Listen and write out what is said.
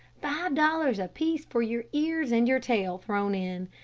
five dollars apiece for your ears and your tail thrown in.